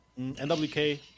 NWK